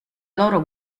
loro